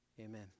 amen